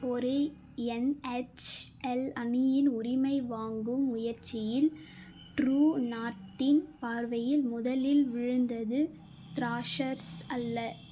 ஒரு என்ஹெச்எல் அணியின் உரிமை வாங்கும் முயற்சியில் ட்ரூ நார்த்தின் பார்வையில் முதலில் விழுந்தது த்ராஷர்ஸ் அல்ல